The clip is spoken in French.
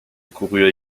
couru